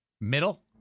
middle